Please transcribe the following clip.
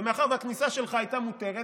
ומאחר שהכניסה שלך הייתה מותרת,